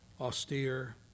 austere